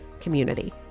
community